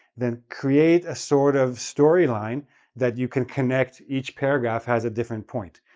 then create a sort of storyline that you can connect each paragraph has a different point.